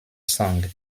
song